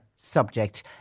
Subject